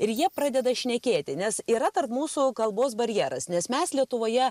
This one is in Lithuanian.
ir jie pradeda šnekėti nes yra tarp mūsų kalbos barjeras nes mes lietuvoje